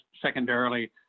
secondarily